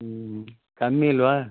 ಹ್ಞೂ ಕಮ್ಮಿ ಇಲ್ವಾ